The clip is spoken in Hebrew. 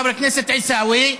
חבר הכנסת עיסאווי,